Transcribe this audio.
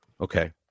Okay